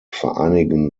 vereinigen